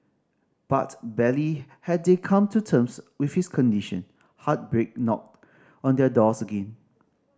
but barely had they come to terms with his condition heartbreak knocked on their doors again